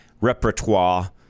repertoire